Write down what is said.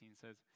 says